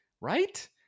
right